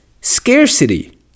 Scarcity